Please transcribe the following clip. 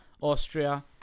Austria